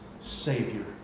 Savior